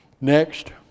Next